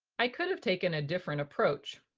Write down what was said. i could have taken a different approach,